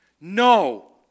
No